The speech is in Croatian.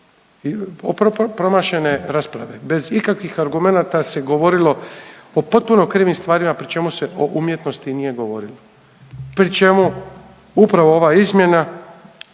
promašena, promašene rasprave, bez ikakvih argumenata se govorilo o potpuno krivim stvarima pri čemu se o umjetnosti nije govorilo, pri čemu upravo ova izmjena